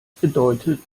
bedeutet